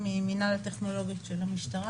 אני ממנהל הטכנולוגיות של המשטרה.